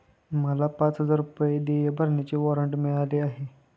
मला पाच हजार रुपये देय भरण्याचे वॉरंट मिळाले आहे